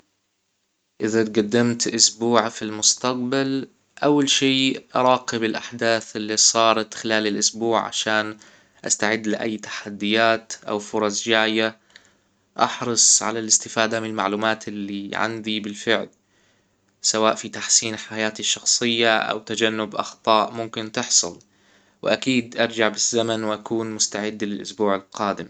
اذا اتجدمت اسبوع في المستقبل اول شي اراقب الاحداث اللي صارت خلال الاسبوع عشان استعد لاي تحديات او فرص جاية احرص على الاستفادة من المعلومات اللي عندي بالفعل سواء في تحسين حياتي الشخصية او تجنب اخطاء ممكن تحصل واكيد ارجع بالزمن واكون مستعد للاسبوع القادم